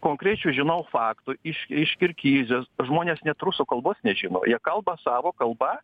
konkrečių žinau faktų iš iš kirgizijos žmonės net rusų kalbos nežino jie kalba savo kalba